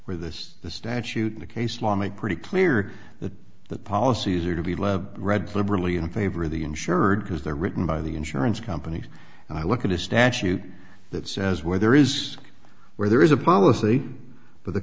where this the statute the case law might pretty clear that the policies are to be read liberally in favor of the insured because they're written by the insurance companies and i look at a statute that says where there is where there is a policy but the